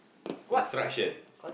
construction